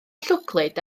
llwglyd